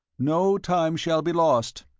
no time shall be lost,